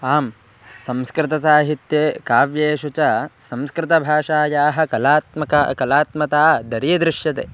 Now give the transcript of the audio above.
आं संस्कृतसाहित्ये काव्येषु च संस्कृतभाषायाः कलात्मक कलात्मता दरीदृश्यते